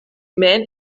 men